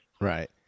Right